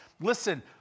listen